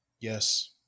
Yes